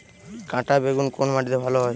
কাঁটা বেগুন কোন মাটিতে ভালো হয়?